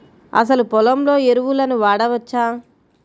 అసలు పొలంలో ఎరువులను వాడవచ్చా?